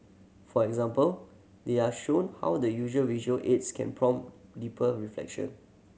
for example they are shown how the usual visual aids can prompt deeper reflection